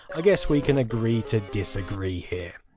i guess we can agree to disagree here.